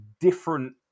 different